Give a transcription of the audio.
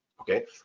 okay